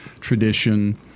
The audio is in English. tradition